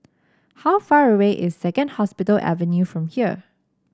how far away is Second Hospital Avenue from here